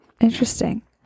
interesting